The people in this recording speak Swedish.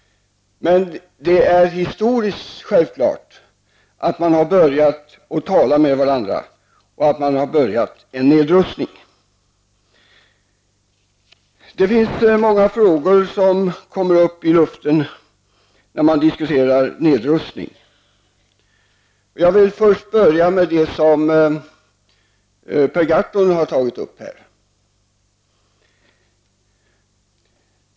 Men det är historiskt att det nu är självklart att man har börjat tala med varandra och att man har påbörjat en nedrustning. Det är många frågor som dyker upp när nedrustningen diskuteras. Jag skall börja med att kommentera det som Per Gahrton här har tagit upp.